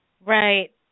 Right